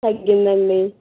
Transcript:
తగ్గిందండి